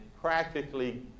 practically